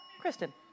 Kristen